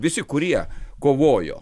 visi kurie kovojo